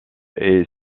est